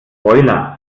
boiler